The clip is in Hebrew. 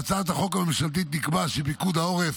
בהצעת החוק הממשלתית נקבע שפיקוד העורף